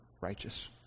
righteous